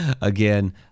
again